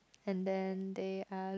and then they are